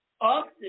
often